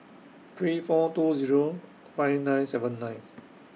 three four two Zero five nine seven nine